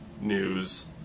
News